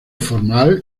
formal